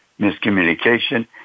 miscommunication